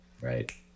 right